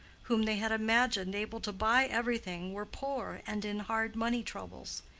whom they had imagined able to buy everything, were poor and in hard money troubles.